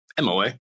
MOA